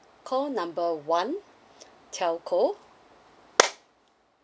call number one telco